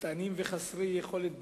קטנים וחסרי יכולת בעולם.